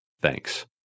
thanks